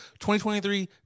2023